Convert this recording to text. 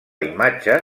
imatge